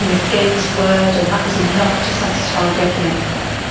you know he gave his word and that was enough to satisfy regulators.